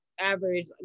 average